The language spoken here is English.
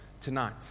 tonight